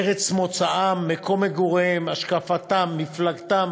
ארץ מוצאם, מקום מגוריהם, השקפתם, מפלגתם